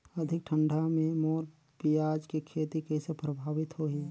अधिक ठंडा मे मोर पियाज के खेती कइसे प्रभावित होही?